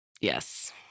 Yes